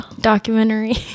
documentary